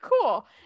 cool